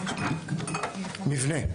מבנה.